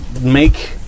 make